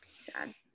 Sad